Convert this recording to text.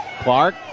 Clark